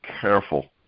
careful